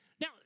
Now